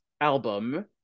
album